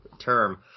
term